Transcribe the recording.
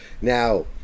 Now